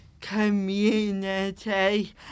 community